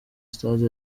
stade